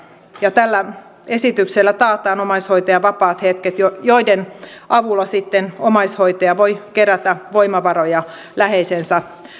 ja tällä esityksellä taataan omaishoitajan vapaat hetket joiden avulla sitten omaishoitaja voi kerätä voimavaroja läheisensä